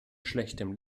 schlechtem